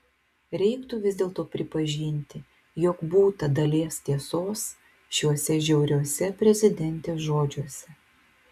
reiktų vis dėlto pripažinti jog būta dalies tiesos šiuose žiauriuose prezidentės žodžiuose